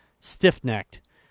stiff-necked